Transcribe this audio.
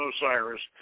Osiris